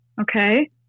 Okay